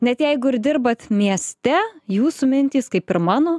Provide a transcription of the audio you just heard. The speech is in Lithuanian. net jeigu ir dirbat mieste jūsų mintys kaip ir mano